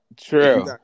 True